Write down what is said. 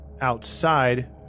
outside